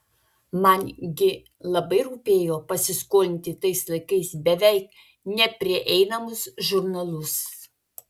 man gi labai rūpėjo pasiskolinti tais laikais beveik neprieinamus žurnalus